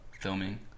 filming